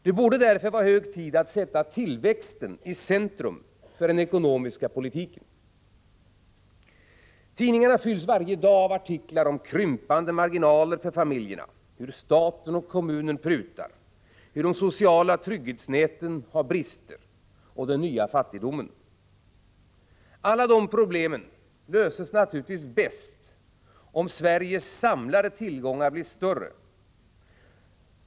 Det borde därför vara hög tid att sätta tillväxten i-centrum för den ekonomiska politiken. Tidningarna fylls varje dag av artiklar om familjernas krympande marginaler, prutningar i statens och kommunernas verkamhet, brister i de sociala trygghetsnäten och den nya fattigdomen. Alla de problemen löses naturligtvis bäst om Sveriges samlade tillgångar blir större.